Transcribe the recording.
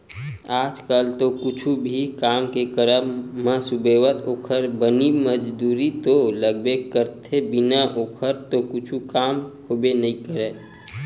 आज कल तो कुछु भी काम के करब म सुबेवत ओखर बनी मजदूरी तो लगबे करथे बिना ओखर तो कुछु काम होबे नइ करय